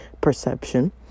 perception